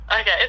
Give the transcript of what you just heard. okay